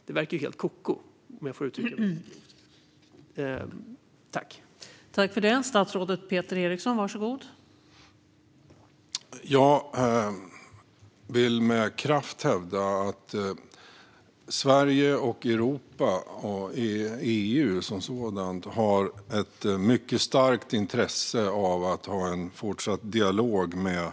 Det verkar helt koko, om jag får uttrycka mig så.